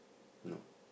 no